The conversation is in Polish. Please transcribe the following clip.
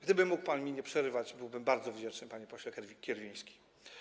Gdyby mógł pan mi nie przerywać, byłbym bardzo wdzięczny, panie pośle Kierwiński.